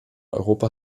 europa